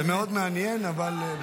זה מאוד מעניין, אבל.